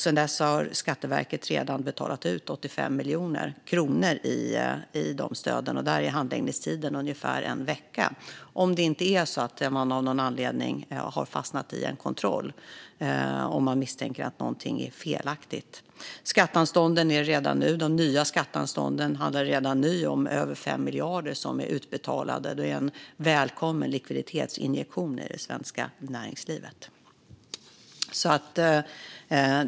Sedan dess har Skatteverket redan betalat ut 85 miljoner kronor i omställningsstöd. Där är handläggningstiden ungefär en vecka, om det inte är så att man av någon anledning har fastnat i en kontroll och det misstänks att någonting är felaktigt. När det gäller de nya skatteanstånden är det redan nu över 5 miljarder som är utbetalade. Detta är en välkommen likviditetsinjektion i det svenska näringslivet.